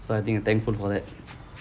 so I think I'm thankful for that